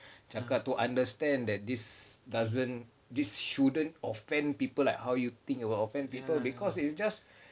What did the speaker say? cakap to understand that this doesn't this shouldn't offend people like how you think it will offend people because it's just